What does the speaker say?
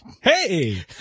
Hey